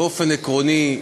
באופן עקרוני,